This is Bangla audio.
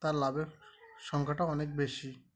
তার লাভের সংখ্যাটা অনেক বেশি